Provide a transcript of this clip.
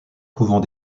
couvent